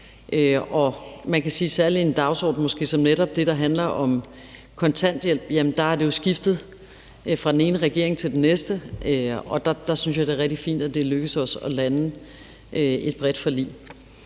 i forbindelse med en dagsorden som netop den, der handler om kontanthjælp, har det jo skiftet fra den ene regering til den næste. Og der synes jeg, det er rigtig fint, at det er lykkedes os at lande et bredt forlig.